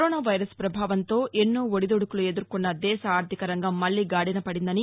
corona virus పభావంతో ఎన్నో ఒడిదుడుకులు ఎదుర్కొన్న దేశ ఆర్థిక రంగం మళ్లీ గాడినపడిందని